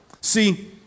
See